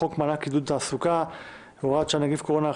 חוק מענק עידוד תעסוקה (הוראת שעה נגיף קורונה החדש),